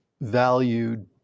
valued